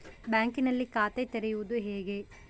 ಬ್ಯಾಂಕಿನಲ್ಲಿ ಖಾತೆ ತೆರೆಯುವುದು ಹೇಗೆ?